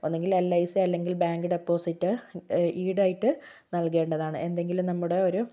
ഒന്നെങ്കിൽ L I C അല്ലെങ്കിൽ bank deposit ഈട് ആയിട്ട് നൽകേണ്ടതാണ് എന്തെങ്കിലും നമ്മുടെ ഒരു